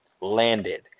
landed